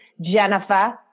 Jennifer